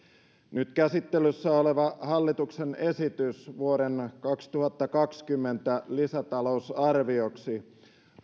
nyt käsittelyssä oleva hallituksen esitys vuoden kaksituhattakaksikymmentä lisätalousarvioksi